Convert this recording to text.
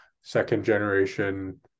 second-generation